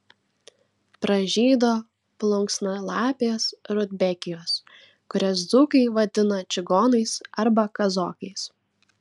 pražydo plunksnalapės rudbekijos kurias dzūkai vadina čigonais arba kazokais